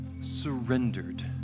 surrendered